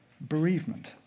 Bereavement